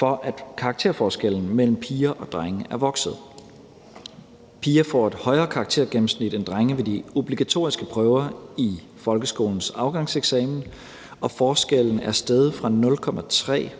over, at karakterforskellen mellem piger og drenge er vokset. Piger får et højere karaktergennemsnit end drenge i de obligatoriske prøver ved folkeskolens afgangseksamen, og forskellen er steget fra 0,3